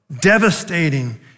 devastating